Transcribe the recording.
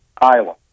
Iowa